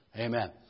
Amen